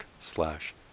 slash